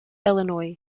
illinois